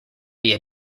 via